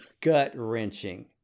gut-wrenching